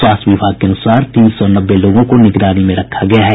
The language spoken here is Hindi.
स्वास्थ्य विभाग के अनुसार तीन सौ नब्बे लोगों को निगरानी में रखा गया है